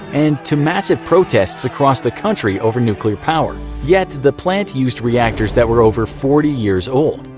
and to massive protests across the country over nuclear power. yet the plant used reactors that were over forty years old,